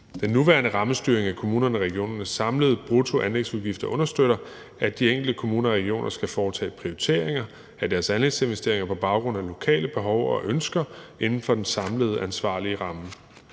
Den nuværende rammestyring af kommunernes og regionernes samlede bruttoanlægsudgifter understøtter, at de enkelte kommuner og regioner skal foretage prioriteringer af deres anlægsinvesteringer på baggrund af lokale behov og ønsker inden for den samlede ansvarlige ramme.